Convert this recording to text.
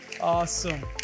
Awesome